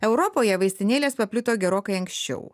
europoje vaistinėlės paplito gerokai anksčiau